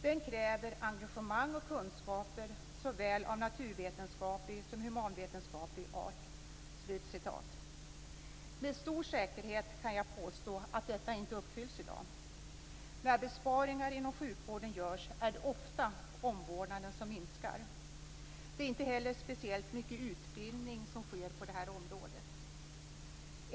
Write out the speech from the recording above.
Den kräver engagemang och kunskaper såväl av naturvetenskaplig som humanvetenskaplig art". Med stor säkerhet kan jag påstå att detta inte uppfylls i dag. När besparingar inom sjukvården görs är det ofta omvårdnaden som minskar. Det sker inte heller speciellt mycket utbildning på det här området.